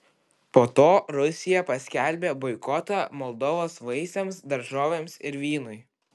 po to rusija paskelbė boikotą moldovos vaisiams daržovėms ir vynui